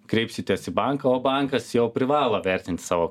kreipsitės į banką o bankas jau privalo vertinti savo